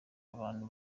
abantu